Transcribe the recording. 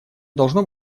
должно